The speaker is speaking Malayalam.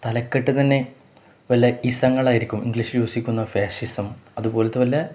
തലക്കെട്ടു തന്നെ വല്ല ഇസങ്ങളായിരിക്കും ഇംഗ്ലീഷ് ഫാഷിസം അതുപോലത്തെ വല്ല